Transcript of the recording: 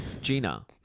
Gina